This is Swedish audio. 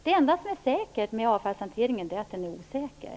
Det enda som är säkert med avfallshanteringen, det är att den är osäker.